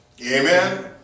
Amen